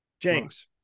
james